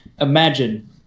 Imagine